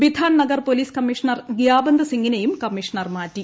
Bidhan Nagar police commissioner ഗൃാബന്ത് സിംഗിനെയും commissioner മാറ്റി